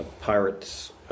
Pirates